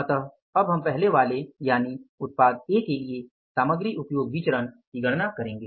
इसलिए अब हम पहले वाले उत्पाद A के लिए सामग्री उपयोग विचरण की गणना करेंगे